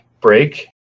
break